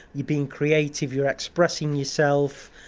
you're being creative, you're expressing yourself.